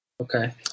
okay